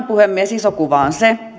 puhemies iso kuva on se